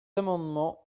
amendements